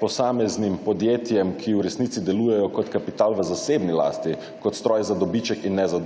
posameznim podjetjem, ki v resnici delujejo kot kapital v zasebni lasti kot stroj za dobiček in ne za